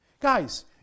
Guys